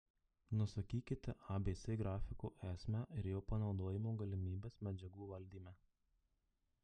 nusakykite abc grafiko esmę ir jo panaudojimo galimybes medžiagų valdyme